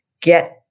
get